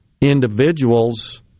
individuals